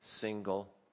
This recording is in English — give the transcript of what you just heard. single